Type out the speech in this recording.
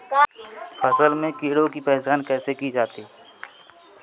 फसल में कीड़ों की पहचान कैसे की जाती है?